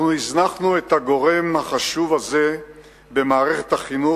אנחנו הזנחנו את הגורם החשוב הזה במערכת החינוך,